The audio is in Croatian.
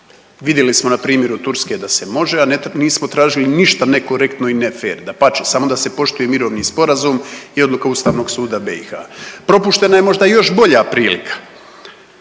vidjeli smo na primjeru Turske da se može, a nismo tražili ništa nekorektno i ne fer, dapače samo da se poštuje mirovni sporazum i odluka Ustavnog suda BiH. Propuštena je možda još bolja prilika,